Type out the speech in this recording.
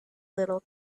little